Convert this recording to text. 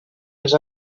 els